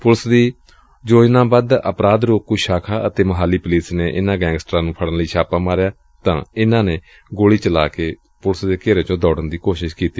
police ਦੀ ਯੋਜਨਾਬੱਧ ਅਪਰਾਧ ਰੋਕੂ ਸ਼ਾਖਾ ਅਤੇ ਮੋਹਾਲੀ ਪੁਲਿਸ ਨੇ ਇਨੂਾਂ ਗੈਂਗਸਟਰਾਂ ਨੂੰ ਫੜਨ ਲਈ ਛਾਪਾ ਮਾਰਿਆ ਤਾਂ ਇਨਾਂ ਨੇ ਗੋਲੀ ਚਲਾ ਕੇ ਪੂਲਿਸ ਦੇ ਘੇਰੇ ਚ ਦੌੜਨ ਦੀ ਕੋਸ਼ਿਸ਼ ਕੀਤੀ